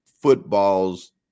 footballs